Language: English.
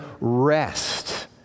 rest